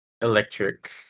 electric